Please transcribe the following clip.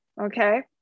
Okay